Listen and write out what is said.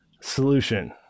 solution